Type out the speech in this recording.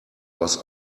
was